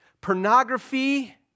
pornography